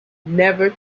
never